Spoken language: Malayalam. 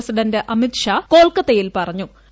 പ്രസിഡന്റ് അമിത്ഷാ കൊൽക്കത്തായിൽ പറഞ്ഞൂ